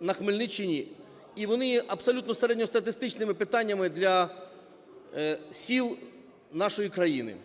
на Хмельниччині, і вони є абсолютно середньостатистичними питаннями для сіл нашої країни.